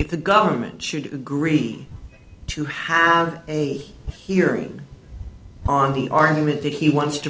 if the government should agree to have a hearing on the army with that he wants to